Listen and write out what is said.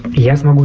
he hasn't